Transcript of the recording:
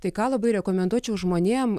tai ką labai rekomenduočiau žmonėm